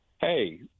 hey